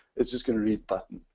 it's just going to read button.